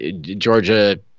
Georgia